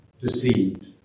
deceived